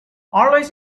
always